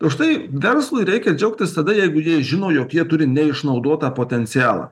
užtai verslui reikia džiaugtis tada jeigu jie žino jog jie turi neišnaudotą potencialą